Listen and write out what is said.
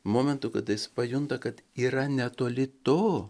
momentų kada jis pajunta kad yra netoli to